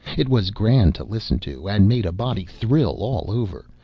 it was grand to listen to, and made a body thrill all over,